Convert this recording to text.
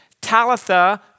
Talitha